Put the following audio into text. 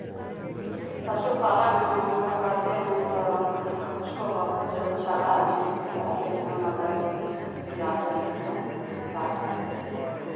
पशु पालन हमलोग करते हैं तो उसको बहुत सारा चीज़ खिलाते हैं मकई खिलाते हैं काटकर